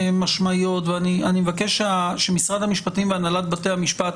אני מבקש שמשרד המשפטים והנהלת בתי המשפט